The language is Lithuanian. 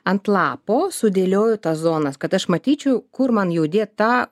ant lapo sudėlioju tas zonas kad aš matyčiau kur man jau dėt tą